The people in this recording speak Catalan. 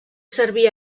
servir